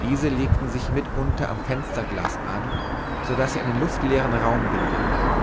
diese legten sich mitunter am fensterglas an so daß sie einen luftleeren raum bildeten